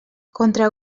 contra